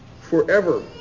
forever